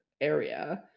area